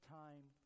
time